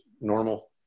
normal